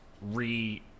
re